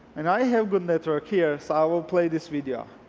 and i have good network here, so i will play this video.